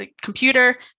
computer